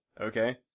Okay